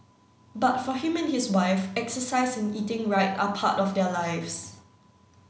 but for him and his wife exercise and eating right are part of their lives